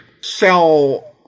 sell